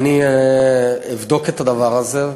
אני אבדוק את הדבר הזה.